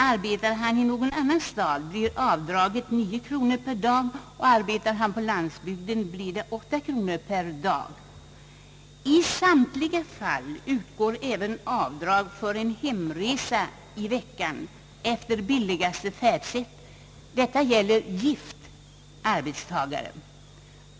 Arbetar han i någon annan stad blir avdraget nio kronor per arbetsdag, och arbetar han på landsbygden blir avdraget åtta kronor per dag. I samtliga fall utgår även avdrag för en hemresa i veckan, räknat efter billigaste färdsättet. Detta gäller gift arbetstagare.